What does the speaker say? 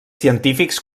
científics